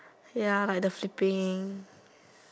ya like the sleeping